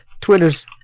Twitter's